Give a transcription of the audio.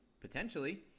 Potentially